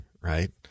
right